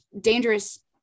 dangerous